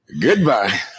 Goodbye